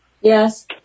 Yes